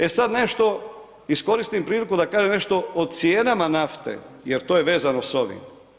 E sad nešto da iskoristim priliku da kažem nešto o cijenama nafte jer to je vezano s ovim.